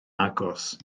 agos